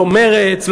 לא מרצ,